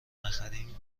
نخریم